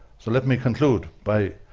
so let me conclude by,